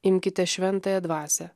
imkite šventąją dvasią